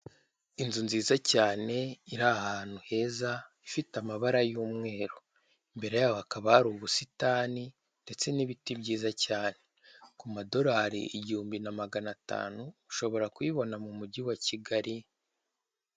Inzu nziza cyane iri ahantu heza ifite amabara y'umweru imbere yaho hakaba hari ubusitani ndetse n'ibiti byiza cyane. Ku madolari igihumbi na magana atanu ushobora kuyibona mu mujyi wa Kigali